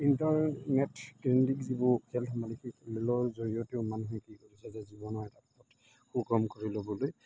ইণ্টাৰনেটকেন্দ্ৰিক যিবোৰ খেল ধেমালি সেই খেলৰ জৰিয়তেও মানুহে কি কৰিছে যে জীৱনৰ এটা পথ সুগম কৰি ল'বলৈ